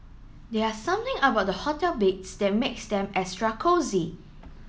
there are something about the hotel beds that makes them extra cosy